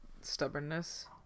stubbornness